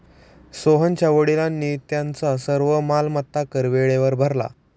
सोहनच्या वडिलांनी त्यांचा सर्व मालमत्ता कर वेळेवर भरला